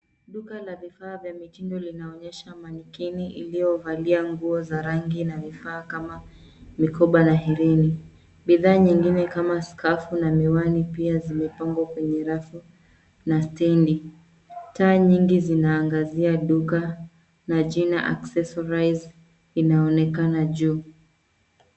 Duka la vifa vya mitindo linaonyesha mannequin iliyovalia nguo za rangi na vifaa kama mikoba na mikufu. Bidhaa nyingine kama skafu na miwani pia zimepangwa kwenye rafu na stendi. Taa nyingi zinaangazia duka na jina accessories inaonekana juu.